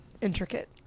intricate